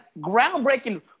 groundbreaking